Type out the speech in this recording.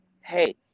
hey